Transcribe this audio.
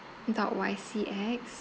dot Y C X